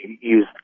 use